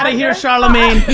ah here charlamagne!